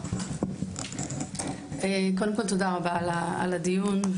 תודה רבה על הדיון.